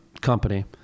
company